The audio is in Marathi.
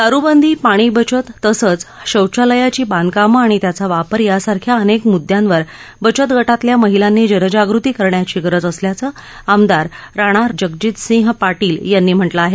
दारुबंदी पाणी बचत तसंच शौचालयांची बांधकामं आणि त्याचा वापर यासारख्या अनेक मुद्यांवर बचत गटातल्या महिलांनी जनजागृती करण्याची गरज असल्याचं आमदार राणा जगजितसिंह पाटील यांनी म्हटलं आहे